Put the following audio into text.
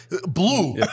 blue